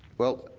well,